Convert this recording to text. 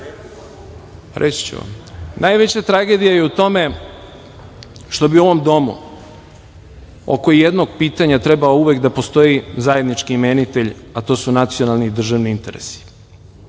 Šta?)Reći ću vam. Najveća tragedija je u tome što bi u ovom domu oko jednog pitanja trebalo da postoji zajednički imenitelj, a to su nacionalni i državni interesi.